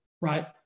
right